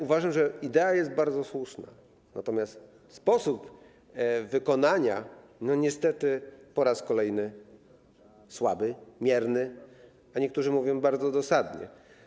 Uważam, że idea jest słuszna, natomiast sposób wykonania niestety po raz kolejny jest słaby, mierny, a niektórzy mówią bardziej dosadnie.